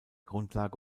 grundlage